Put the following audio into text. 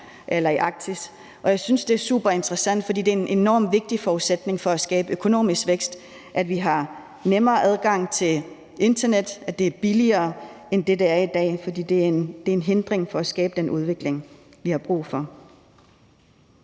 i Arktis. Og jeg synes, det er super interessant, for det er en enormt vigtig forudsætning for at skabe økonomisk vækst, at vi har nemmere adgang til internet, at det er billigere, end det er i dag, for ellers er det en hindring for at skabe den udvikling, vi har brug for.